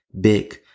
big